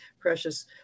Precious